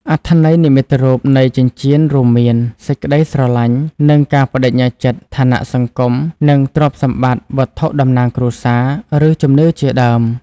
អត្ថន័យនិមិត្តរូបនៃចិញ្ចៀនរួមមាន សេចក្ដីស្រឡាញ់ និងការប្តេជ្ញាចិត្ត ឋានៈសង្គម និងទ្រព្យសម្បត្តិ វត្ថុតំណាងគ្រួសារ ឬជំនឿជាដើម។